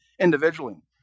individually